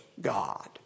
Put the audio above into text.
God